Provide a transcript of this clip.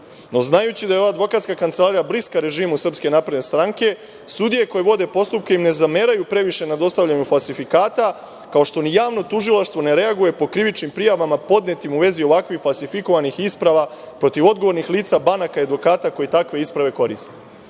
Znajući da je ova advokatska kancelarija bliska režimu SNS, sudije koje vode postupke im ne zameraju previše na dostavljanju falsifikata, kao što ni javno tužilaštvo ne reaguje po krivičnim prijavama podnetim u vezi ovakvih falsifikovanih isprava protiv odgovornih lica banaka i advokata koji takve isprave